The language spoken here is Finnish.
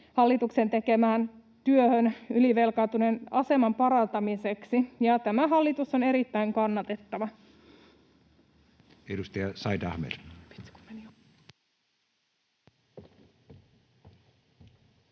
hallituksen tekemään työhön ylivelkaantuneiden aseman parantamiseksi. Tämä hallituksen esitys on erittäin kannatettava. [Speech